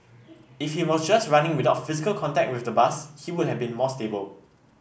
if he was just running without physical contact with the bus he would have been more stable